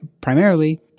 primarily